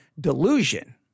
delusion